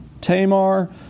Tamar